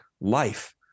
life